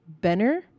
Benner